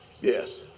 Yes